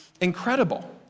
incredible